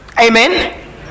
amen